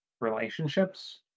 relationships